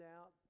out